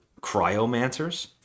cryomancers